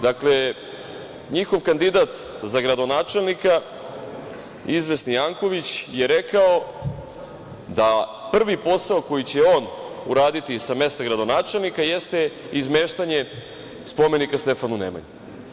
Dakle, njihov kandidat za gradonačelnika, izvesni Janković, je rekao da prvi posao koji će on uraditi sa mesta gradonačelnika jeste izmeštanje spomenika Stefanu Nemanji.